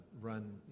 run